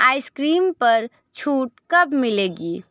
ice cream पर छूट कब मिलेगी